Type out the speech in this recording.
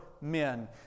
men